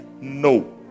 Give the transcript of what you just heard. No